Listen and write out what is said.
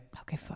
Okay